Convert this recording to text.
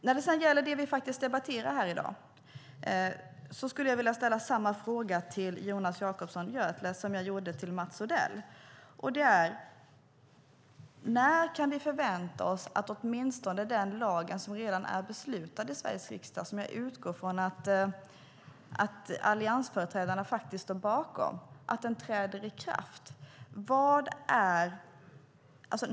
När det gäller det vi faktiskt debatterar här i dag skulle jag vilja ställa samma fråga till Jonas Jacobsson Gjörtler som jag ställde till Mats Odell: När kan vi förvänta oss att den lag som redan är beslutad om i Sveriges riksdag - och som jag utgår ifrån att alliansföreträdarna står bakom - träder i kraft?